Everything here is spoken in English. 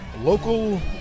local